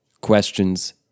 questions